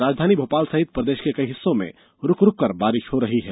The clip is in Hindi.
राजधानी भोपाल सहित प्रदेश के कई हिस्सों में रूक रूक कर बारिश हो रही है